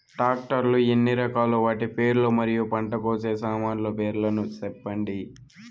Tractor లు ఎన్ని రకాలు? వాటి పేర్లు మరియు పంట కోసే సామాన్లు పేర్లను సెప్పండి?